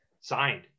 signed